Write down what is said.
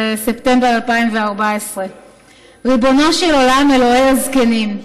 בספטמבר 2014. "ריבונו של עולם, אלוהי הזקנים,